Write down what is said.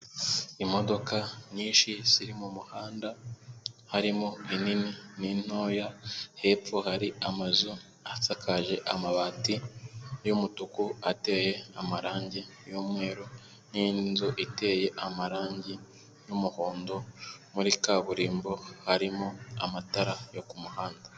Imodoka nyinshi ziri mu muhanda harimo inini ni ntoya hepfo hari amazu asakaje amabati y'umutuku ateye amarangi y'umweru n'inzu iteye amarangi y'umuhondo muri kaburimbo harimo amatara yo ku muhanda.